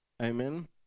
Amen